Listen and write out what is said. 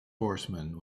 horsemen